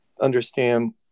understand